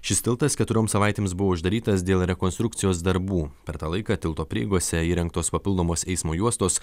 šis tiltas keturioms savaitėms buvo uždarytas dėl rekonstrukcijos darbų per tą laiką tilto prieigose įrengtos papildomos eismo juostos